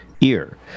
ear